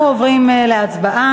אנחנו עוברים להצבעה